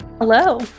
Hello